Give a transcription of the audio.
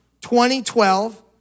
2012